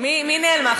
מי נעלמה?